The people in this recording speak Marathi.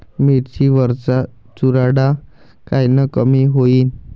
मिरची वरचा चुरडा कायनं कमी होईन?